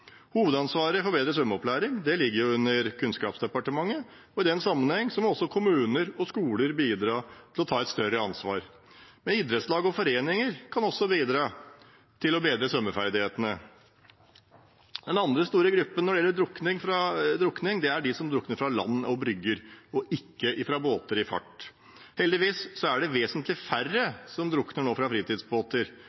Hovedansvaret for bedre svømmeopplæring ligger under Kunnskapsdepartementet, og i den sammenheng må også kommuner og skoler bidra til å ta et større ansvar. Idrettslag og foreninger kan også bidra til å bedre svømmeferdighetene. Den andre store gruppen når det gjelder drukning, er de som drukner fra land og brygger – og ikke fra båter i fart. Heldigvis er det vesentlig færre